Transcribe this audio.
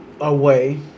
away